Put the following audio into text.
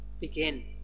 begin